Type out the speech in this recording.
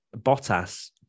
Bottas